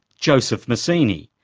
joseph mazzini.